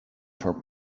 for